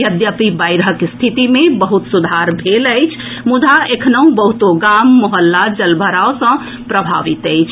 यद्यपि बाढ़िक स्थिति मे बहुत सुधार भेल अछि मुदा एखनहुँ बहुतो गाम मोहल्ला जल भराव सँ प्रभावित अछि